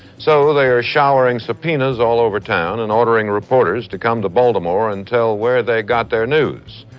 so, they are showering subpoenas all over town and ordering reporters to come to baltimore and tell where they got their news.